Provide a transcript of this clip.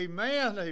Amen